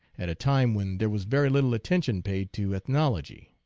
at a time when there was very little attention paid to ethnology.